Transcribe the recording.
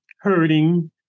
hurting